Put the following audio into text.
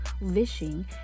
wishing